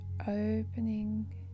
opening